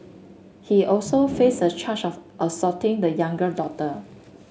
he also faced a charge of assaulting the younger daughter